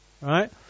right